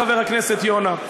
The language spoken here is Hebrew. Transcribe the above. חבר הכנסת יונה,